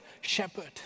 shepherd